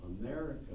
America